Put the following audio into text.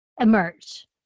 emerge